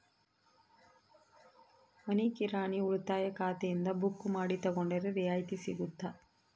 ಮನಿ ಕಿರಾಣಿ ಉಳಿತಾಯ ಖಾತೆಯಿಂದ ಬುಕ್ಕು ಮಾಡಿ ತಗೊಂಡರೆ ರಿಯಾಯಿತಿ ಸಿಗುತ್ತಾ?